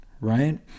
right